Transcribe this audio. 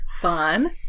Fun